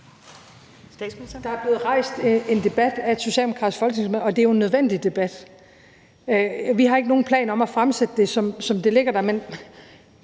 Der er blevet rejst en debat af et socialdemokratisk folketingsmedlem, og det er jo en nødvendig debat. Vi har ikke nogen plan om at fremsætte det, som det ligger der, men